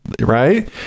Right